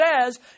says